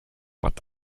but